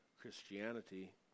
Christianity